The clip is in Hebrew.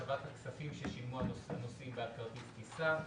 השבת הכספים ששילמו נוסעים בעד כרטיס טיסה.